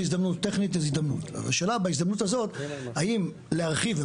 זו הזדמנות טכנית זו הזדמנות .השאלה אם בהזדמנות הזו האם להרחיב,